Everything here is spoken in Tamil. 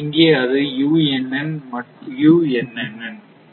இங்கே அது